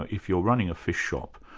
if you're running a fish shop,